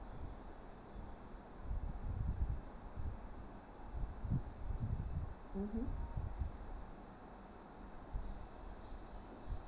mmhmm